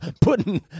Putting